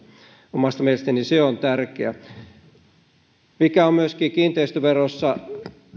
omasta mielestäni se on tärkeää se mikä myöskin kiinteistöverossa